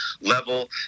level